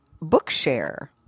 Bookshare